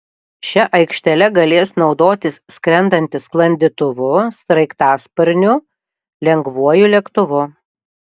šia aikštele galės naudotis skrendantys sklandytuvu sraigtasparniu lengvuoju lėktuvu